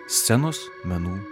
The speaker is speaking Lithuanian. scenos menų